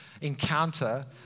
encounter